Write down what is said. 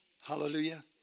Hallelujah